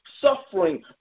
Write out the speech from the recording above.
suffering